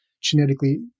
genetically